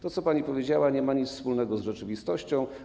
To, co pani powiedziała, nie ma nic wspólnego z rzeczywistością.